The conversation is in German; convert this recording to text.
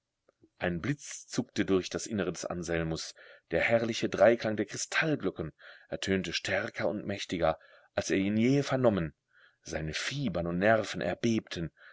ein blitz zuckte durch das innere des anselmus der herrliche dreiklang der kristallglocken ertönte stärker und mächtiger als er ihn je vernommen seine fibern und nerven erbebten